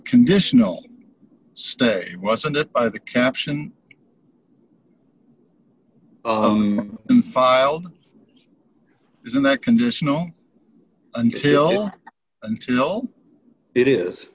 conditional statement wasn't it by the caption do filed isn't that conditional until until it is